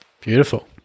Beautiful